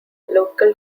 local